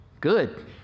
good